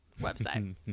website